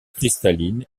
cristalline